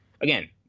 again